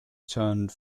turned